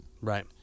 Right